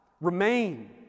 Remain